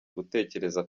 gutekereza